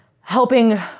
helping